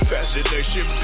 Fascination